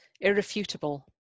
irrefutable